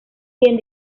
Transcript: quien